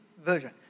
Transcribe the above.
version